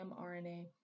mRNA